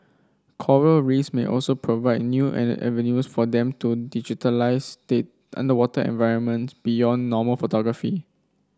coral Reefs may also provide new avenues for them to underwater environments beyond normal photography